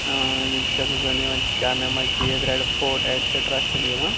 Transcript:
یَتھ منٛز زَنہٕ یِوان چھِ Jama Masjid red fort etcetera چھِ یِم یِوان